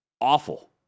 awful